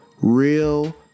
Real